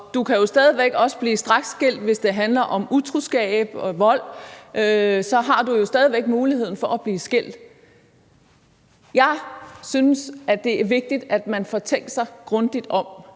væk også blive straksskilt, hvis det handler om utroskab eller vold. Så du har jo stadig væk muligheden for at blive skilt. Jeg synes, at det er vigtigt, at man får tænkt sig grundigt om,